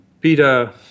Peter